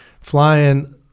flying